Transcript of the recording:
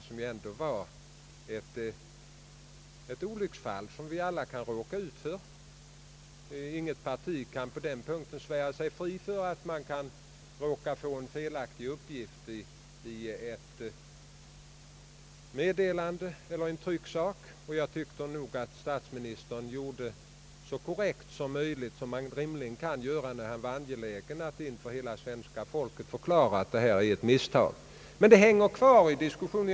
Det var ju ändå ett olycksfall som vi alla kan råka ut för — inget parti har möjlighet att svära sig fritt på den punkten; en felaktig uppgift kan råka komma in i ett meddelande eller en trycksak. Jag tyckte att statsministern handlade så korrekt som man rimligen kan göra, när han var angelägen att inför hela svenska folket förklara att detta var ett misstag. Men saken hänger kvar i diskussionen.